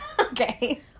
Okay